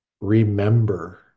Remember